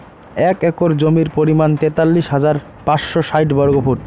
এক একর জমির পরিমাণ তেতাল্লিশ হাজার পাঁচশ ষাইট বর্গফুট